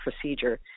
procedure